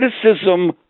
criticism